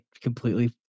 completely